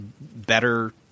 better